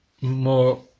more